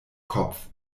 kopf